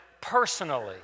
personally